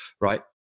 right